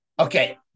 Okay